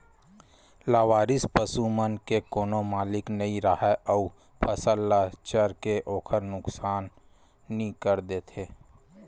लवारिस पसू मन के कोनो मालिक नइ राहय अउ फसल ल चर के ओखर नुकसानी कर देथे